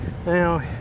Now